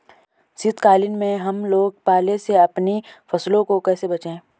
शीतकालीन में हम लोग पाले से अपनी फसलों को कैसे बचाएं?